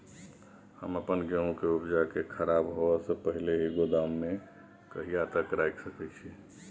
हम अपन गेहूं के उपजा के खराब होय से पहिले ही गोदाम में कहिया तक रख सके छी?